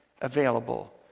available